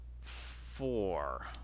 Four